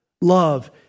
Love